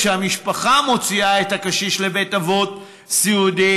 כשהמשפחה מוציאה את הקשיש לבית אבות סיעודי,